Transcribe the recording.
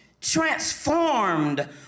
transformed